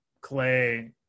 Clay